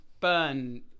burn